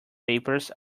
papers